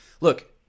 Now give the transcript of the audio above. look